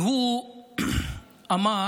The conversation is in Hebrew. הוא אמר